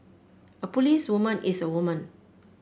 a policewoman is a woman